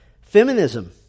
Feminism